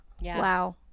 Wow